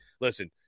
listen